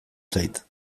zait